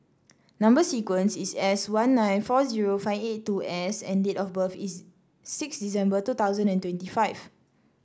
number sequence is S one nine four zero five eight two S and date of birth is six December two thousand and twenty five